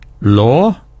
Law